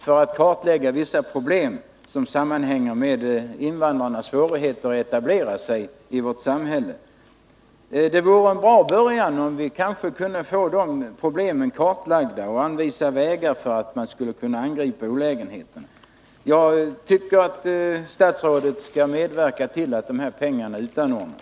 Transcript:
för att kartlägga vissa problem som sammanhänger med invandrarnas svårigheter att etablera sig i vårt samhälle. Det vore en bra början, om vi kunde få dessa problem kartlagda och om vägar kunde anvisas för hur man skall angripa olägenheterna. Jag tycker att det vore bra om statsrådet kunde medverka till att dessa medel utanordnas.